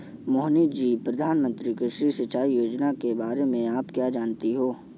मोहिनी जी, प्रधानमंत्री कृषि सिंचाई योजना के बारे में आप क्या जानती हैं?